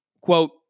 Quote